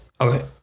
Okay